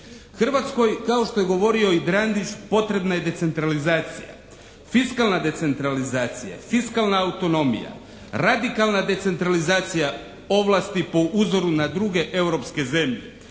Hrvatskoj kao što je govorio i Drandić potrebna je decentralizacija. Fiskalna decentralizacija, fiskalna autonomija, radikalna decentralizacija ovlasti po uzoru na druge europske zemlje.